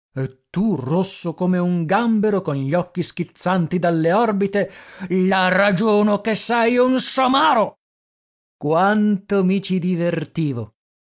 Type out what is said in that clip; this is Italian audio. tu rosso come un gambero con gli occhi schizzanti dalle orbite la ragiono che sei un somaro quanto mi ci divertivo